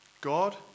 God